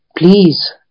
Please